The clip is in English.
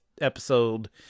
episode